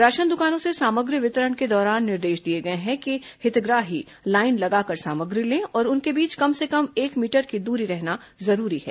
ration दुकानों से सामग्री वितरण के दौरान निर्देश दिए गए हैं कि हितग्राही लाईन लगाकर सामग्री लें और उनके बीच कम से कम एक मीटर की दूरी रहना जरूरी है